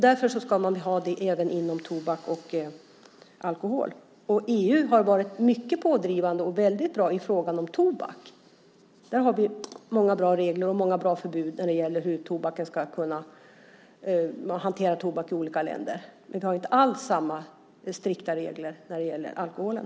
Därför ska man ha det även när det gäller tobak och alkohol. EU har varit mycket pådrivande och väldigt bra i fråga om tobak. Det finns många bra regler och många bra förbud när det gäller hur tobaken ska hanteras i olika länder. Men det är inte alls samma strikta regler när det gäller alkoholen.